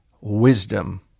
wisdom